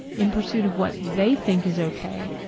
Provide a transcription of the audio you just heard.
in pursuit of what they think is okay,